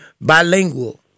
bilingual